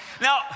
Now